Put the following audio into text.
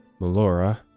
Melora